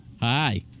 Hi